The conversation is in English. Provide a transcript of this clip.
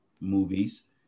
movies